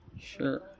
Sure